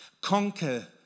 conquer